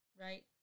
right